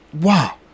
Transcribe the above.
Wow